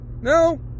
No